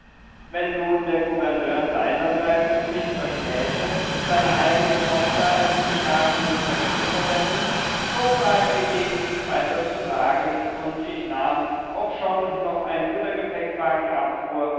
wenn nun der gouverneur seinerseits es nicht verschmähte seine eigene tochter als gebratenen speck zu verwenden so war hiergegen nichts weiter zu sagen und ich nahm obschon noch ein guter gepäckwagen abfuhr